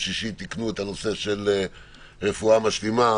שישי תיקנו את הנושא של רפואה משלימה,